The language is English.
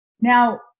Now